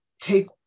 take